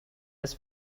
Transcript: his